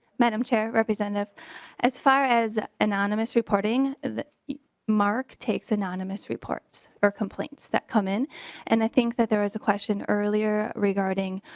madam chair representative as far as anonymous reporting that the mark takes anonymous reports or complaints that come in and i think that there is a question earlier regarding.